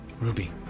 Ruby